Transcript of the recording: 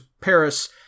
Paris